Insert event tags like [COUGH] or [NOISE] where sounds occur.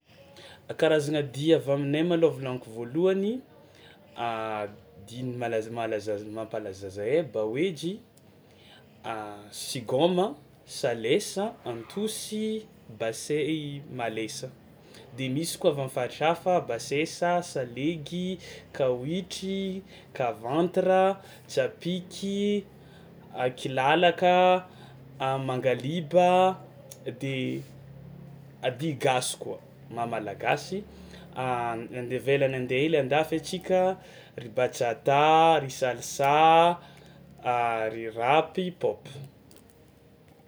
Karazagna dihy avy aminay malôha volagniko voalohany [HESITATION] dihy malaza malaza z- mampalaza zahay bahoejy, [HESITATION] sigaoma, salesa, antosy, basey i- malesa, de misy koa avy am'faritra hafa basesa, salegy, kawitry, kavantira, tsapiky, a kilalaka, a mangaliba de dihy gasy koa maha-malagasy [HESITATION] na andeha ivelany andeha hely an-dafy antsika: ry bajata, ry salsa, [HESITATION] ry rap, hip hop.